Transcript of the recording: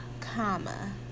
comma